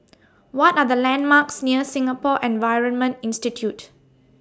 What Are The landmarks near Singapore Environment Institute